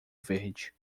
verde